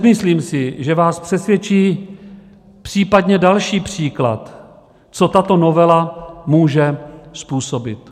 Nemyslím si, že vás přesvědčí případně další příklad, co tato novela může způsobit.